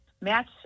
Match